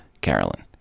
Carolyn